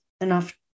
enough